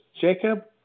Jacob